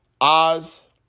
Oz